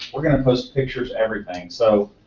we're going to post pictures, everything. so,